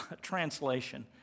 translation